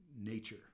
nature